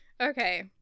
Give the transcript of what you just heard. Okay